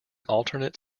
alternate